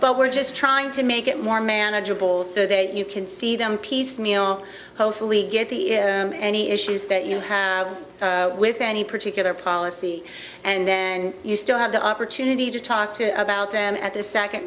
but we're just trying to make it more manageable so that you can see them piecemeal hopefully get the any issues that you have with any particular policy and then you still have the opportunity to talk to about them at the second